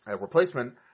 replacement